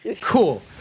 Cool